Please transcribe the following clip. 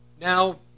Now